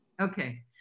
okay